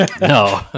No